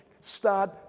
Start